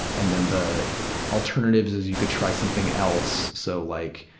and then the alternatives is you could try something else. so like,